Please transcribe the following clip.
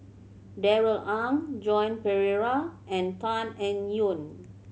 Darrell Ang Joan Pereira and Tan Eng Yoon